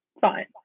Fine